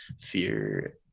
fear